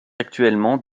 actuellement